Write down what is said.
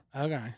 Okay